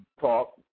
talk